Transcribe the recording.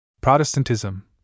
Protestantism